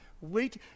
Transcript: Wait